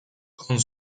con